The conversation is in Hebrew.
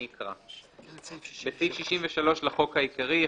תיקון סעיף 63 5. בסעיף 63 לחוק העיקרי,